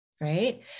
Right